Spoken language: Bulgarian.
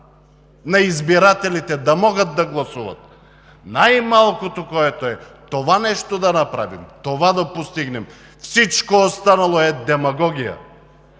на избирателите да могат да гласуват. Най-малкото, което е, това нещо да направим, това да постигнем. Всичко останало е демагогия!